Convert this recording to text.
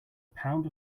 pound